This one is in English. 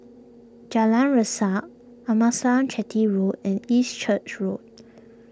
Jalan Resak Amasalam Chetty Road and East Church Road